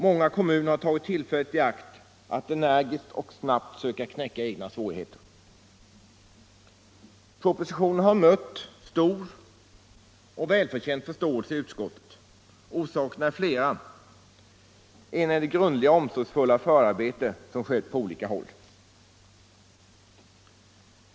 Många kommuner har tagit tillfället i akt att energiskt och snabbt söka knäcka egna svårigheter. Propositionen har mött stor och välförtjänt förståelse i utskottet. Orsakerna är flera. En är det grundliga och omsorgsfulla förarbete som skett på olika håll.